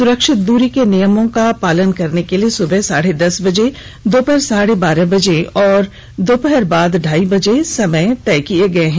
सुरक्षित दूरी के नियमों का पालन करने के लिए सुबह साढ़े दस बजे दोपहर साढ़े बारह बजे और दोपहर बाद ढाई बजे के समय तय किये गये हैं